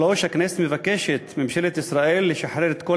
3. הכנסת מבקשת מממשלת ישראל לשחרר את כל